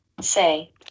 say